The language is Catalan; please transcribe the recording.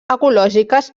ecològiques